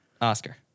Oscar